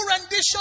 rendition